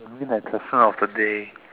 I'm looking at the song of the day